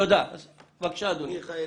תתייחס.